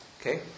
Okay